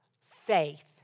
Faith